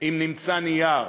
אם נמצא נייר.